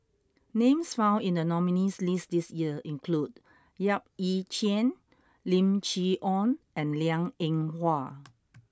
names found in the nominees' list this year include Yap Ee Chian Lim Chee Onn and Liang Eng Hwa